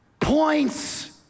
points